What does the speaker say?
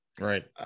Right